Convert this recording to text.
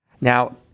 Now